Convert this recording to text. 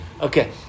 Okay